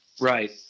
Right